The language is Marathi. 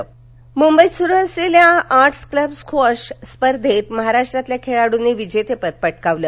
रुक्वाश् मुंबईत सुरू असलेल्या ऑटर्स क्लब स्क्वाश स्पर्धेत महाराष्ट्रातल्या खेळाडूंनी विजेतेपद पटकावलं